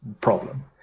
problem